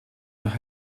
nach